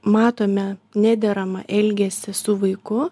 matome nederamą elgesį su vaiku